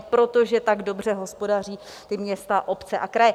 No protože tak dobře hospodaří města, obce a kraje.